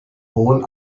hohen